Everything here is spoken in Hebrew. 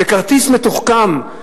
בכרטיס מתוחכם,